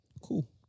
Cool